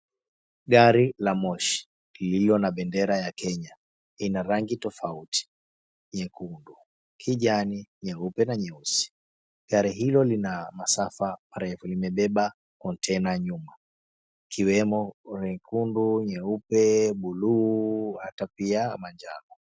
Gari la moshi lililo na bendera ya Kenya ina rangi tofauti; nyekundu, kijani, nyeupe na nyeusi. Gari hilo lina masafa marefu limebeba {cs} container {cs} nyuma ikiwemo mekundu, nyeupe, buluu hata pia manjano.